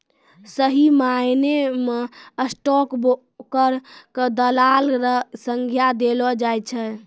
सही मायना म स्टॉक ब्रोकर क दलाल र संज्ञा देलो जाय छै